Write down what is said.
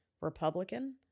Republican